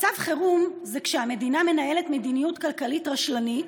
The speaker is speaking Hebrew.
מצב חירום זה כשהמדינה מנהלת מדיניות כלכלית רשלנית